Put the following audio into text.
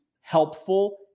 helpful